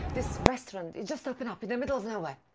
this restaurant. it just opened up, in the middle of nowhere.